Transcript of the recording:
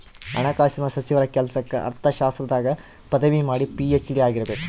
ಹಣಕಾಸಿನ ಸಚಿವರ ಕೆಲ್ಸಕ್ಕ ಅರ್ಥಶಾಸ್ತ್ರದಾಗ ಪದವಿ ಮಾಡಿ ಪಿ.ಹೆಚ್.ಡಿ ಆಗಿರಬೇಕು